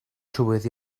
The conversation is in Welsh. trywydd